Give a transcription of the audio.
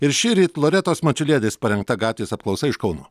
ir šįryt loretos mačiulienės parengta gatvės apklausa iš kauno